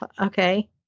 Okay